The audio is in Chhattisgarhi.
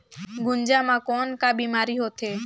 गुनजा मा कौन का बीमारी होथे?